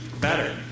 better